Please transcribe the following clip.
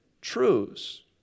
truths